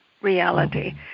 reality